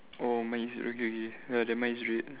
oh mine is okay K ya then mine is red